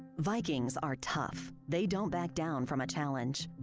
vikings are tough. they don't back down from a challenge.